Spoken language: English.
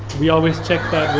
we always check